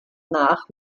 nach